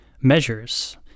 measures